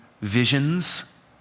visions